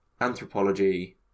Anthropology